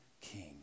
king